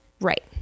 right